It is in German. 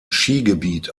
skigebiet